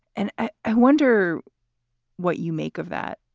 and ah i wonder what you make of that,